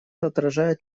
отражает